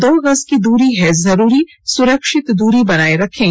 दो गज की दूरी है जरूरी सुरक्षित दूरी बनाए रखें